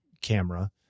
camera